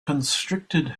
constricted